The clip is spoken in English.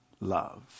love